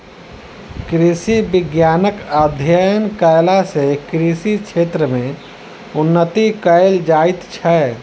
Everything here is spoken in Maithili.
कृषि विज्ञानक अध्ययन कयला सॅ कृषि क्षेत्र मे उन्नति कयल जाइत छै